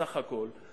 בסך הכול,